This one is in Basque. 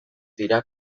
dira